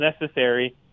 necessary